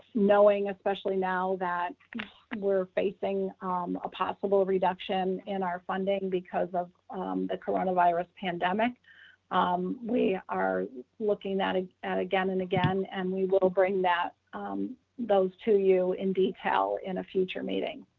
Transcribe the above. knowing especially now that we're facing a possible reduction in our funding because of the coronavirus pandemic um we are looking at ah at again and again. and we will bring that those to you in detail, in a future meeting,